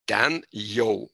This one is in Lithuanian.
ten jau